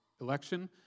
election